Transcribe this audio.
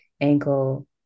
ankle